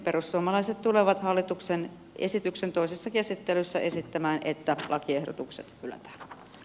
perussuomalaiset tulevat hallituksen esityksen toisessa käsittelyssä esittämään että lakiehdotukset hylätään